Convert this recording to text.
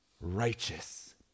righteous